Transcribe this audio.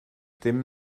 ddim